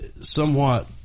somewhat